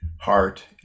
heart